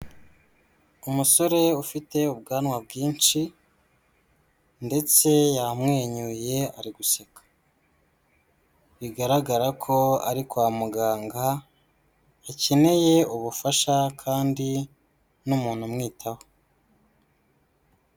Umusore ufite ubwanwa bwinshi ndetse yamwenyuye ari guseka, bigaragara ko ari kwa muganga akeneye ubufasha kandi n'umuntu umwitaho.